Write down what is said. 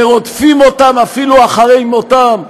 ורודפים אותם אפילו אחרי מותם,